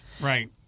Right